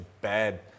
bad